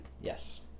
Yes